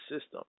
system